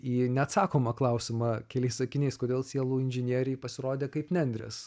į neatsakomą klausimą keliais sakiniais kodėl sielų inžinieriai pasirodė kaip nendrės